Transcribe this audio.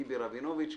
טיבי רבינוביץ,